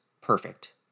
perfect